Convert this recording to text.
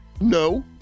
No